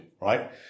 right